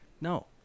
No